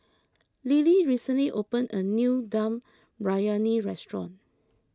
Lilly recently opened a new Dum Briyani restaurant